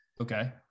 Okay